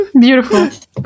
Beautiful